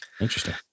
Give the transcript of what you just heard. Interesting